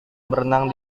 berenang